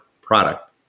product